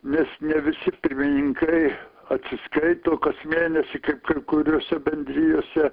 nes ne visi pirmininkai atsiskaito kas mėnesį kaip kai kuriose bendrijose